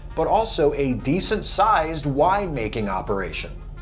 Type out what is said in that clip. but also a decent sized wine-making operation.